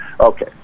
Okay